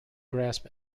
grasp